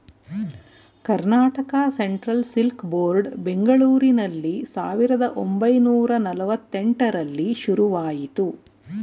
Karnataka central silk board ಬೆಂಗಳೂರಿನಲ್ಲಿ ಸಾವಿರದ ಒಂಬೈನೂರ ನಲ್ವಾತ್ತೆಂಟರಲ್ಲಿ ಶುರುವಾಯಿತು